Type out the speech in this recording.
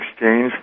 exchange